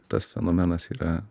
tas fenomenas yra